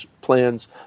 plans